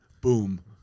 Boom